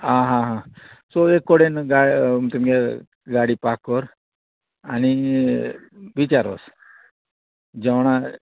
आं हा हा सो एक कडेन गा तुमगे गाडी पाक कर आनी बिचार वोस जेवणा